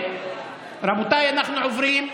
רבותיי, אנחנו עוברים להצבעה.